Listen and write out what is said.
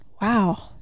wow